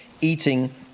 eating